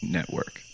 Network